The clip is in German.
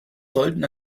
sollten